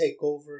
takeover